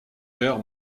guerre